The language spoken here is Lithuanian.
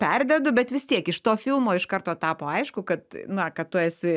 perdedu bet vis tiek iš to filmo iš karto tapo aišku kad na kad tu esi